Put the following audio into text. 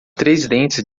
dentes